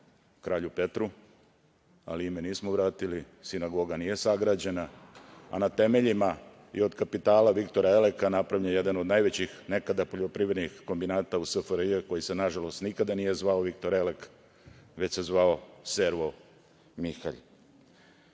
kralju Petru, ali ime nismo vratili. Sinagoga nije sagrađena, a na temeljima i od kapitala Viktora Eleka napravljen je jedan od najvećih nekad poljoprivrednih kombinata u SFRJ koji se nažalost nikada nije zvao Viktor Elek, već se zvao Servo Mihalj. Ovaj